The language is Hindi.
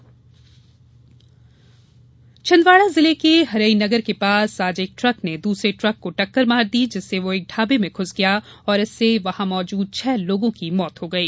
मौत छिंदवाड़ा जिले के हरई नगर के पास आज एक ट्रक ने दूसरे ट्रक को टक्कर मार दी जिससे वह एक ढाबे में घूस गया और इससे वहां मौजूद छह लोगों की मौत हो गयी